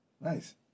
Nice